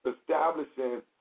establishing